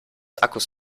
akkus